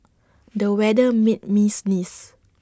the weather made me sneeze